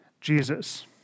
Jesus